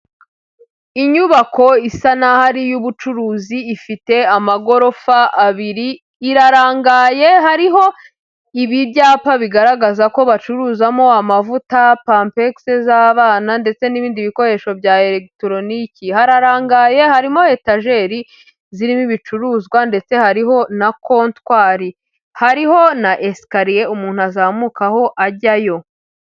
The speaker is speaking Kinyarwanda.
Inyubako isa n'aho ari iy'ubucuruzi ifite amagorofa abiri. Irarangaye hariho ibi byapa bigaragaza ko bacuruzamo amavuta, pampekisi z'abana ndetse n'ibindi bikoresho bya elekitoroniki. Hararangaye harimo etajeri zirimo ibicuruzwa ndetse hariho na kotwari, hariho na esikariye umuntu azamukaho ajyayo.